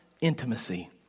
intimacy